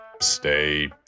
stay